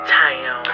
town